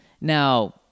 Now